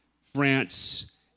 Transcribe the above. France